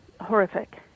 horrific